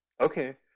Okay